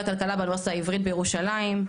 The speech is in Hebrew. לכלכלה באוניברסיטה העברית בירושלים,